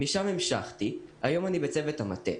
משם המשכתי והיום אני בצוות המטה,